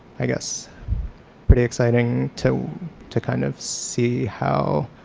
i guess pretty exciting to to kind of see how